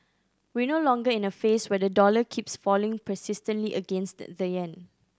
we're no longer in a phase where the dollar keeps falling persistently against the yen